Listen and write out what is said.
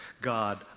God